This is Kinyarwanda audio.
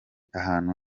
ahantu